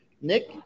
Nick